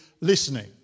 listening